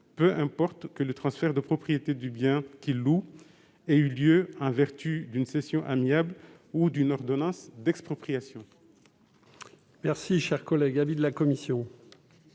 peu importe que le transfert de propriété du bien qu'ils louent ait eu lieu en vertu d'une cession amiable ou d'une ordonnance d'expropriation.